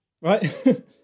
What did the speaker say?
right